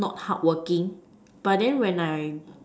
not hardworking but then when I